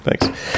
Thanks